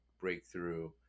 breakthrough